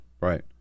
Right